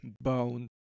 bound